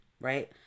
Right